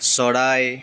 চৰাই